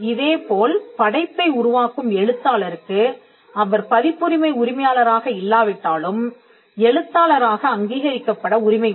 இதேபோல் படைப்பை உருவாக்கும் எழுத்தாளருக்கு அவர் பதிப்புரிமை உரிமையாளராக இல்லாவிட்டாலும் எழுத்தாளராக அங்கீகரிக்கப்பட உரிமை உண்டு